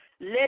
Let